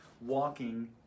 walking